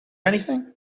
anything